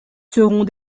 seront